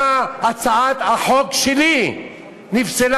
אז למה הצעת החוק שלי נפסלה?